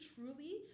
truly